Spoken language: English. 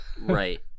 Right